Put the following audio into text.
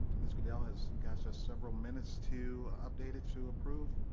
ms. goodell has got us several minutes to update it to approved,